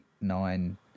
nine